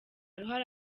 ruhare